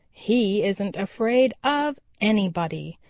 he isn't afraid of anybody.